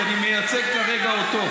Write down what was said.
כי אני מייצג כרגע אותו.